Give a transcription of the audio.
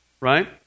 Right